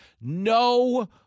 No